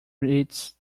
reeds